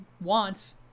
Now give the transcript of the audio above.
wants